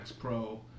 Pro